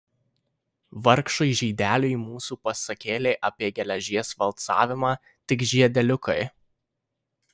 vargšui žydeliui mūsų pasakėlė apie geležies valcavimą tik žiedeliukai